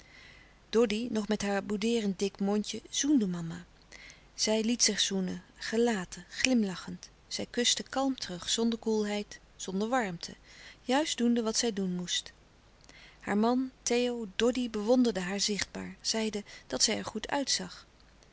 doddy nog met haar boudeerend dik mondje zoende mama zij liet zich zoenen gelaten glimlachend zij kuste kalm terug zonder koelheid zonder warmte juist louis couperus de stille kracht doende wat zij doen moest haar man theo doddy bewonderden haar zichtbaar zeiden dat zij er goed uitzag